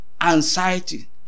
anxiety